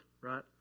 right